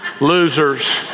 losers